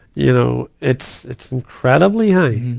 you know, it's, it's incredibly high.